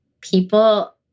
People